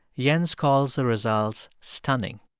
jens calls the results stunning,